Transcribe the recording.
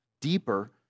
deeper